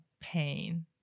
pain